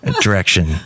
direction